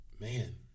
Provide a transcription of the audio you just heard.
Man